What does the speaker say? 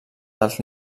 dels